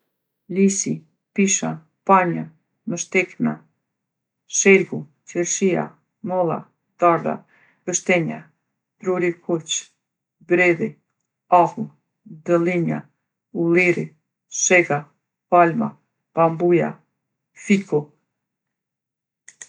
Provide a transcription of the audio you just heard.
Lisi, pisha, panja, mështekna, shegu, qershia, molla, dardha, gështenja, druri kuq, bredhi, ahu, dëllinja, ulliri, shega, palma, bambuja, fiku.